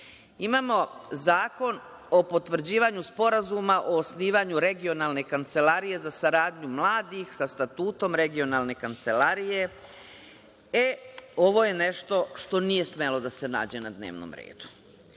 oseti. Imamo Zakon o potvrđivanju Sporazuma o osnivanju Regionalne kancelarije za saradnju mladih sa Statutom Regionalne kancelarije, ovo je nešto što nije smelo da se nađe na dnevnom